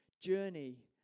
journey